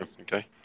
okay